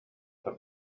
their